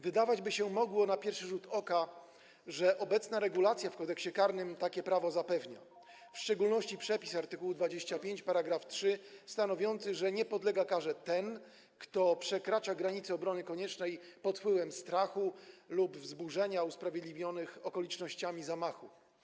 Wydawać by się mogło na pierwszy rzut oka, że obecna regulacja w Kodeksie karnym takie prawo zapewnia, w szczególności przepis art. 25 § 3 stanowiący, że nie podlega karze ten, kto przekracza granice obrony koniecznej pod wpływem strachu lub wzburzenia usprawiedliwionych okolicznościami zamachu.